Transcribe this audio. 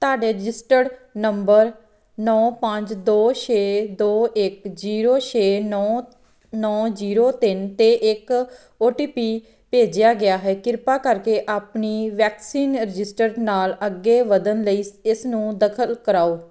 ਤੁਹਾਡੇ registered number ਨੌਂ ਪੰਜ ਦੋ ਛੇ ਦੋ ਇੱਕ ਜੀਰੋ ਛੇ ਨੌਂ ਨੌਂ ਜੀਰੋ ਤਿੰਨ 'ਤੇ ਇੱਕ ਓ ਟੀ ਪੀ ਭੇਜਿਆ ਗਿਆ ਹੈ ਕਿਰਪਾ ਕਰਕੇ ਆਪਣੀ ਵੈਕਸੀਨ ਰਜਿਸਟਰ ਨਾਲ ਅੱਗੇ ਵਧਣ ਲਈ ਇਸ ਨੂੰ ਦਾਖਲ ਕਰਾਓ